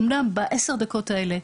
אמנם רק ב-10 הדקות האלה,